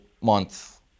month